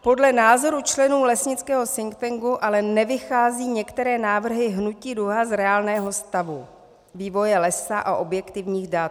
Podle názorů členů lesnického think tanku ale nevycházejí některé návrhy Hnutí Duha z reálného stavu vývoje lesa a objektivních dat.